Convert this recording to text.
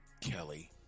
Kelly